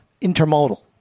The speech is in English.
intermodal